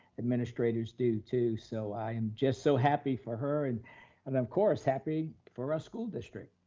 administrators do too, so i am just so happy for her, and and of course, happy for our school district.